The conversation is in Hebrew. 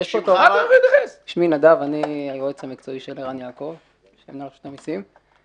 שמי נדב ואני היועץ המקצועי של ערן יעקב מנהל רשות המסים.